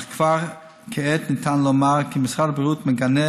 אך כבר כעת ניתן לומר כי משרד הבריאות מגנה